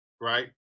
right